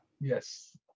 Yes